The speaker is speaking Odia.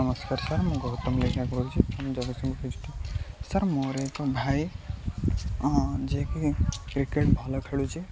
ନମସ୍କାର ସାର୍ ମୁଁ ଗୌତମ ଲେଙ୍କା କହୁଛି ଜଗତସିଂହ ଡିଷ୍ଟ୍ରିକ ସାର୍ ମୋର ଏକ ଭାଇ ଯିଏକି କ୍ରିକେଟ ଭଲ ଖେଳୁଛି